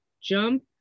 Jump